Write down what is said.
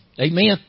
Amen